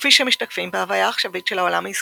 כפי שהם משתקפים בהוויה העכשווית של העולם העסקי,